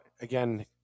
again